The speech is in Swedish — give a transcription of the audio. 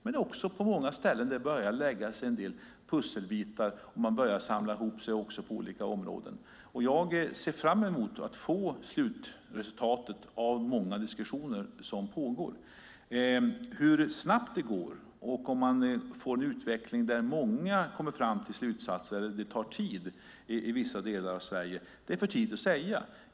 Men på många ställen börjar en del pusselbitar att läggas på plats, och man börjar samla ihop sig på olika områden. Jag ser fram emot att få slutresultatet av många diskussioner som pågår. Hur snabbt det går, om det blir en utveckling där många kommer fram till slutsatser och vilket tid det tar i vissa delar av Sverige är för tidigt att säga.